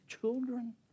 children